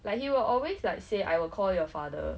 like he will always like say I will call your father